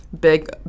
big